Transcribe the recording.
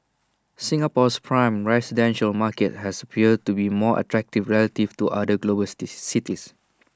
Singapore's prime residential market has appeared to be more attractive relative to other global cities